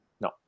No